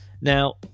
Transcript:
now